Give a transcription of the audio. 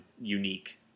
unique